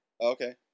Okay